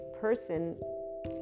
person